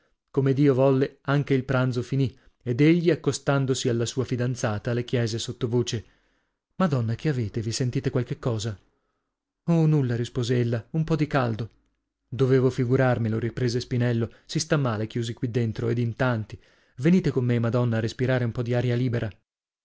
come dio volle anche il pranzo finì ed egli accostandosi alla sua fidanzata le chiese sotto voce madonna che avete vi sentite qualche cosa oh nulla rispose ella un po di caldo dovevo figurarmelo riprese spinello si sta male chiusi qui dentro ed in tanti venite con me madonna a respirare un po di aria libera